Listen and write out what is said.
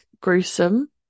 gruesome